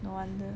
no wonder